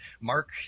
Mark